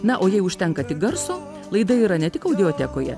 na o jai užtenka tik garso laida yra ne tik audiotekoje